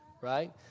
right